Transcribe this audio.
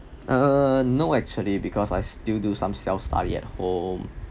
uh no actually because I still do some self study at home